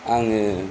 आङो